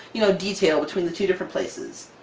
you know, detail between the two different places.